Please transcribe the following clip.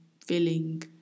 filling